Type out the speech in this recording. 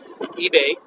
eBay